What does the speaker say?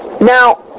now